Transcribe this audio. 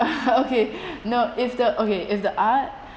okay no if the okay if the art